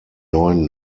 neuen